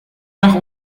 nach